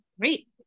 Great